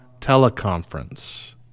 teleconference